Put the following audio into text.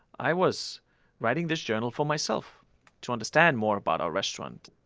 i was writing this journal for myself to understand more about our restaurant.